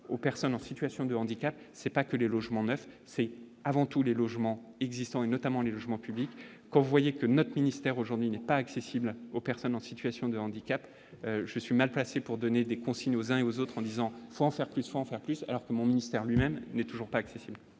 aux personnes en situation de handicap, c'est pas que les logements neufs, c'est avant tout les logements existants, et notamment les logements publics quand vous voyez que notre ministère aujourd'hui n'est pas accessible aux personnes en situation de handicap, je suis mal placé pour donner des consignes aux uns et aux autres en disant soient enfin prises alors que mon ministère lui-même, n'est toujours pas accessible,